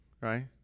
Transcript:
right